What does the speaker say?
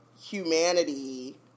humanity